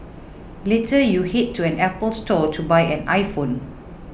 later you head to an Apple Store to buy an iPhone